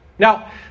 Now